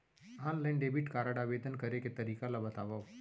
Online debit card आवेदन करे के तरीका ल बतावव?